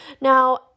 Now